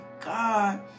god